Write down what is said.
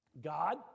God